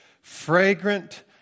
fragrant